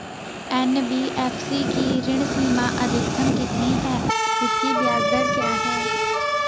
NBFC की ऋण सीमा अधिकतम कितनी है इसकी ब्याज दर क्या है?